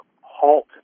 halt